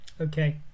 Okay